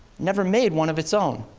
never made one of its own.